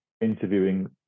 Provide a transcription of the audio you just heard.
interviewing